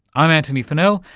i'm antony funnell,